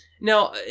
Now